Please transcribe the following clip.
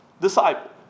disciple